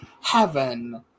Heaven